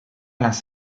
las